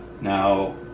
Now